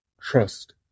trust